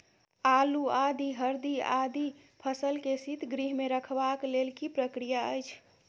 आलू, आदि, हरदी आदि फसल के शीतगृह मे रखबाक लेल की प्रक्रिया अछि?